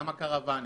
גם הקרוואנים,